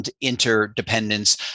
interdependence